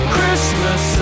Christmas